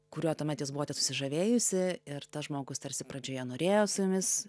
kuriuo tuomet jūs buvote susižavėjusi ir tas žmogus tarsi pradžioje norėjo su jumis